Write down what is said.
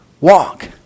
walk